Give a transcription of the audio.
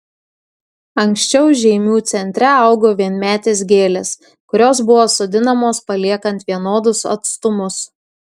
anksčiau žeimių centre augo vienmetės gėlės kurios buvo sodinamos paliekant vienodus atstumus